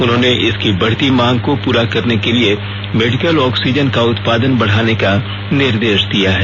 उन्होंने इसकी बढ़ती मांग को पूरा करने के लिए मेडिकल ऑक्सीजन का उत्पादन बढ़ाने का निर्देश दिया है